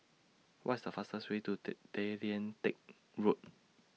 What IS The fastest Way to Tay Lian Teck Road